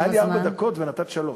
היו לי ארבע דקות ונתת שלוש.